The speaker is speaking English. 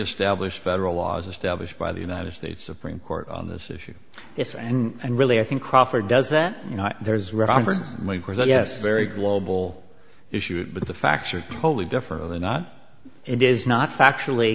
established federal laws established by the united states supreme court on this issue yes and really i think crawford does that you know there is roberts yes very global issues but the facts are totally different than not it is not factually